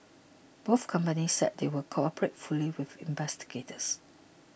both companies said they would cooperate fully with investigators